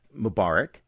Mubarak